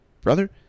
brother